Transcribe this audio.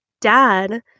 dad